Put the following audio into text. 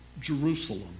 Jerusalem